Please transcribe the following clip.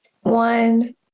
One